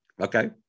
okay